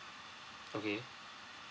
okay